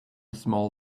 small